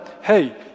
hey